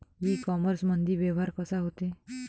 इ कामर्समंदी व्यवहार कसा होते?